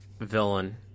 villain